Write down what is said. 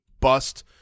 bust